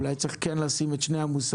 אולי צריך כן לשים את שני המושגים